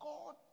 God